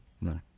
No